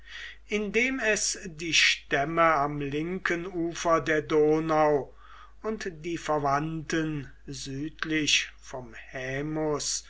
indem es die stämme am linken ufer der donau und die verwandten südlich vom